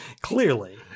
Clearly